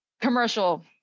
commercial